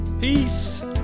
peace